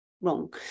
wrong